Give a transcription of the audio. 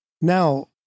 Now